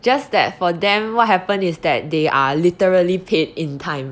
just that for them what happen is that they are literally paid in time